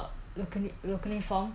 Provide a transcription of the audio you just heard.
locally built company